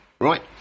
right